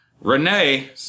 Renee